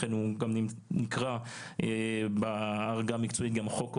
לכן הוא גם נקרא בעגה המקצועית גם חוק אוחיון.